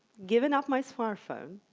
giving up my smartphone